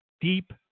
deep